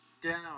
down